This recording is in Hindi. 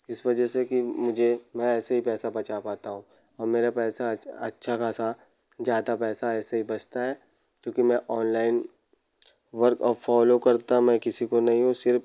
किस वजह से कि मुझे मैं ऐसे ही पैसा बचा पाता हूँ और मेरा पैसा अच अच्छा खासा ज़्यादा पैसा ऐसे ही बचता है क्योंकि मैं ऑनलाइन वर्क फॉलो करता मैं किसी को नहीं हूँ सिर्फ